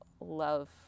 love